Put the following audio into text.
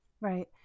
Right